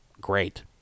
great